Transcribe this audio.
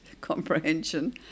comprehension